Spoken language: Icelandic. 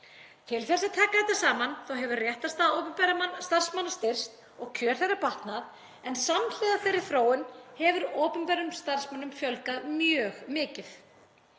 Til þess að taka þetta saman þá hefur réttarstaða opinberra starfsmanna styrkst og kjör þeirra batnað en samhliða þeirri þróun hefur opinberum starfsmönnum fjölgað mjög mikið.